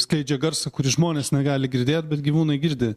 skleidžia garsą kurį žmonės negali girdėt bet gyvūnai girdi